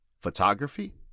Photography